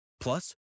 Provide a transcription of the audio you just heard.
Plus